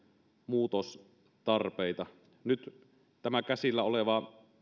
muutostarpeita nyt käsillä oleva